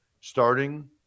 starting